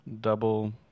double